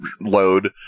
load